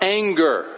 anger